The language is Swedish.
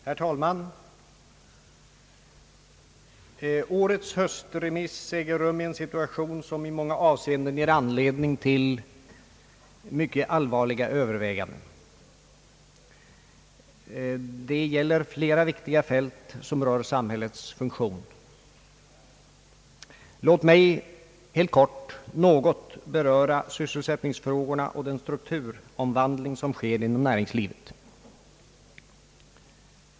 Herr talman! Årets »höstremiss» äger rum i en situation som i många avseenden ger anledning till mycket allvarliga överväganden. Detta gäller flera viktiga fält som rör samhällets funktion. Låt mig helt kort beröra sysselsättningsfrågorna och den strukturomvandling som sker inom näringslivet.